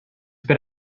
per